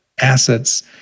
assets